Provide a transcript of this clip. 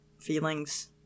feelings